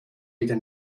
wieder